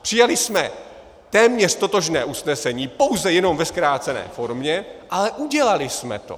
Přijali jsme téměř totožné usnesení, pouze jenom ve zkrácené formě, ale udělali jsme to.